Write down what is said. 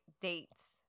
dates